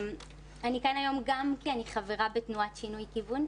אני כאן היום גם כי אני חברה בתנועת שינוי כיוון,